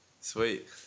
Sweet